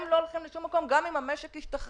הם לא הולכים לשום מקום גם אם המשק ישתחרר.